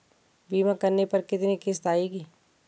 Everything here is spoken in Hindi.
बीमा करने पर कितनी किश्त आएगी?